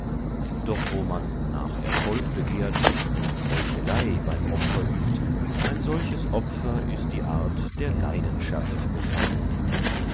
doch wo man nach erfolg begehrt und heuchelei beim opfer übt ein solches opfer ist die art der leidenschaftbefangenen